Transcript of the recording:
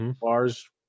bars